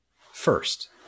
first